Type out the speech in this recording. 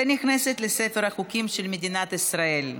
ונכנסת לספר החוקים של מדינת ישראל.